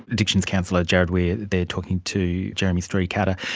addictions counsellor jarrod weir there talking to jeremy story carter.